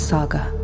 Saga